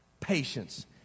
patience